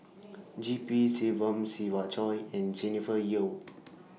G P Selvam Siva Choy and Jennifer Yeo